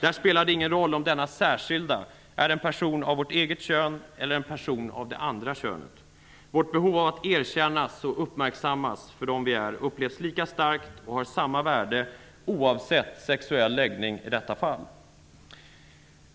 Där spelar det ingen roll om denna särskilda är en person av vårt eget kön eller en person av det andra könet. Vårt behov av att erkännas och uppmärksammas för vad vi är upplevs i detta fall lika starkt och har samma värde oavsett vilken sexuell läggning vi har.